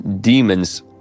demons